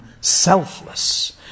selfless